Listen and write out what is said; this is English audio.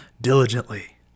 diligently